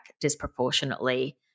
disproportionately